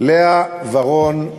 לאה ורון,